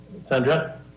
Sandra